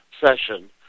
session